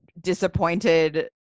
disappointed